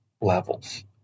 levels